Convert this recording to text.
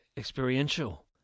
experiential